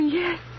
yes